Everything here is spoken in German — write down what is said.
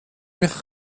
mich